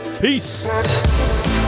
Peace